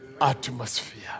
atmosphere